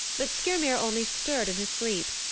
but skyrmir only stirred in his sleep.